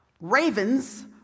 ravens